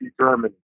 Germany